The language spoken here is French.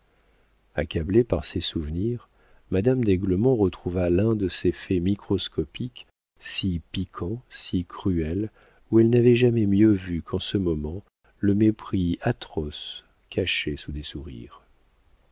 accablée par ses souvenirs madame d'aiglemont retrouva l'un de ces faits microscopiques si piquants si cruels où elle n'avait jamais mieux vu qu'en ce moment le mépris atroce caché sous des sourires